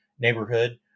neighborhood